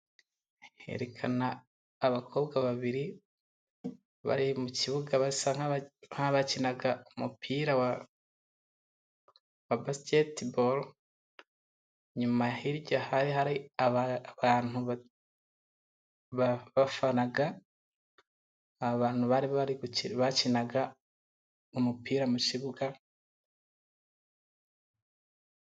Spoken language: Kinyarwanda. Yerekana abakobwa babiri, bari mukibuga basa nabakina umupira wa basiketiboro, nyuma hirya hari hari abantu ba bafana, abantu bari gukina umupira mu kibuga.